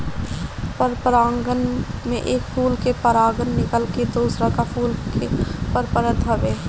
परपरागण में एक फूल के परागण निकल के दुसरका फूल पर परत हवे